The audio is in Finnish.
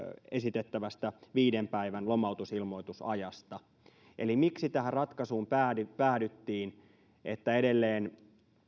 esitettävästä viiden päivän lomautusilmoitusajasta eli miksi tähän ratkaisuun päädyttiin päädyttiin että edelleen